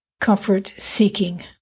comfort-seeking